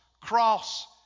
cross